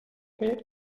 fet